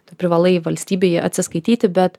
tu privalai valstybei atsiskaityti bet